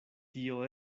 tio